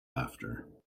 after